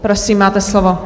Prosím, máte slovo.